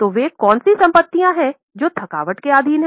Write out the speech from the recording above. तो वे कौन सी संपत्तियाँ हैं जौ थकावट के अधीन हैं